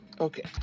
Okay